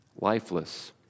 lifeless